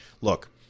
look